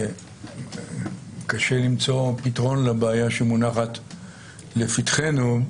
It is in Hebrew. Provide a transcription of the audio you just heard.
קשה למצוא פתרון לבעיה שמונחת לפתחנו,